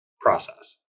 process